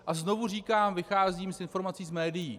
A znovu říkám, vycházím z informací z médií.